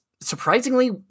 surprisingly